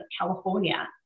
California